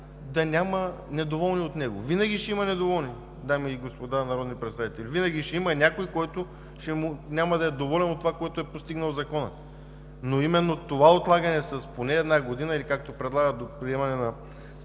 да няма недоволни, винаги ще има недоволни, дами и господа народни представители, винаги ще има някой, който няма да е доволен от това, което е постигнал Законът. Но именно това отлагане поне с една година или, както предлагат, до приемане на